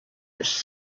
its